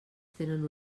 tenen